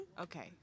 Okay